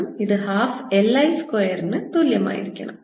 ഇത് 12 L I സ്ക്വയറിനു തുല്യമായിരിക്കണം